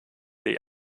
die